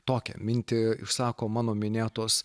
tokią mintį išsako mano minėtos